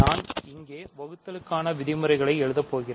நான் இங்கே வகுத்தலுக்கான விதிமுறைகளை எழுதப் போகிறேன்